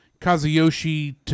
Kazuyoshi